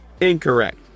Incorrect